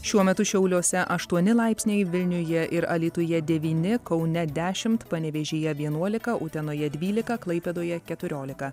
šiuo metu šiauliuose aštuoni laipsniai vilniuje ir alytuje devyni kaune dešimt panevėžyje vienuolika utenoje dvylika klaipėdoje keturiolika